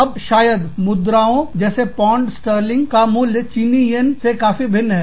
अबशायद मुद्राओं जैसे pound sterling का मूल्य चीनी येन से काफी भिन्न है